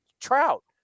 Trout